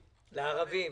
לערבים,